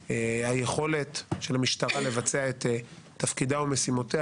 היכולת של המשטרה לבצע את תפקידה ומשימותיה,